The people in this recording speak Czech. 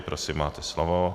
Prosím máte slovo.